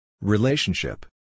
Relationship